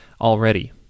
already